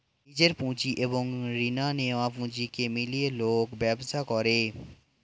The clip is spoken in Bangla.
নিজের পুঁজি এবং রিনা নেয়া পুঁজিকে মিলিয়ে লোক ব্যবসা করে